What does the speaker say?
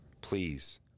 Please